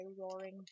Roaring